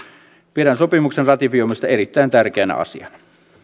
pidän sopimuksen ratifioimista erittäin tärkeänä asiana